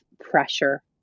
pressure